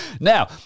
Now